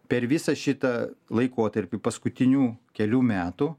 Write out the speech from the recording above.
per visą šitą laikotarpį paskutinių kelių metų